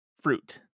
fruit